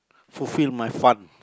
fulfil my fun